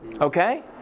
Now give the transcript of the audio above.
Okay